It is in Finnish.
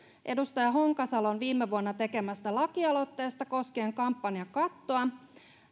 edustaja honkasalon viime vuonna tekemästä lakialoitteesta koskien kampanjakattoa